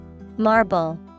Marble